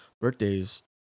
birthdays